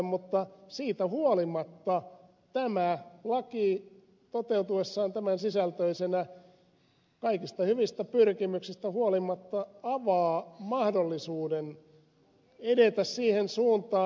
mutta siitä huolimatta tämä laki toteutuessaan tämän sisältöisenä kaikista hyvistä pyrkimyksistä huolimatta avaa mahdollisuuden edetä siihen suuntaan